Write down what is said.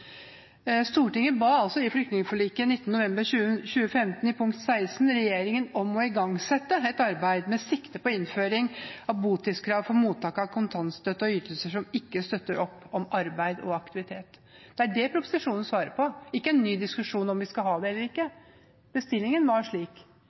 Stortinget ba i flyktningforliket av 19. november 2015 i punkt 16 regjeringen om å «igangsette et arbeid med sikte på innføring av botidskrav for mottak av kontantstøtte og ytelser som ikke støtter opp om arbeid og aktivitet». Det er det proposisjonen svarer på. Det er ikke en ny diskusjon om vi skal ha det eller ikke.